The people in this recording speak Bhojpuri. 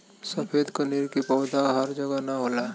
सफ़ेद कनेर के पौधा हर जगह ना होला